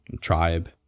Tribe